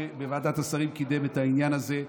שבוועדת השרים קידם את העניין הזה.